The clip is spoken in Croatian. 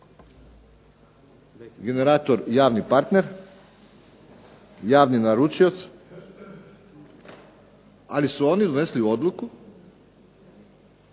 generator javni partner, javni naručioc. Ali su oni donesli odluku